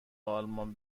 آلمان